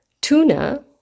tuna